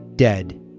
Dead